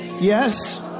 Yes